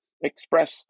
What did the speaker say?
express